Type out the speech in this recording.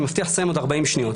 אני מבטיח לסיים עוד 40 שניות,